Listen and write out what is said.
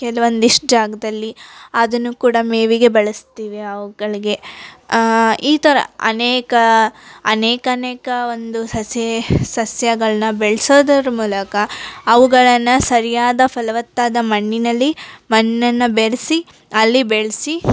ಕೆಲ್ವಂದಿಷ್ಟು ಜಾಗದಲ್ಲಿ ಅದನ್ನು ಕೂಡ ಮೇವಿಗೆ ಬಳಸ್ತೀವಿ ಅವುಗಳಿಗೆ ಈ ಥರ ಅನೇಕ ಅನೇಕಾನೇಕ ಒಂದು ಸಸಿ ಸಸ್ಯಗಳನ್ನ ಬೆಳ್ಸೋದರ ಮೂಲಕ ಅವುಗಳನ್ನು ಸರಿಯಾದ ಫಲವತ್ತಾದ ಮಣ್ಣಿನಲ್ಲಿ ಮಣ್ಣನ್ನ ಬೆರೆಸಿ ಅಲ್ಲಿ ಬೆಳೆಸಿ